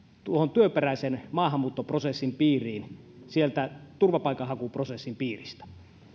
työperäisen maahanmuuttoprosessin piiriin sieltä turvapaikanhakuprosessin piiristä